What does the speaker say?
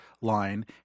line